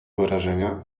wyrażenia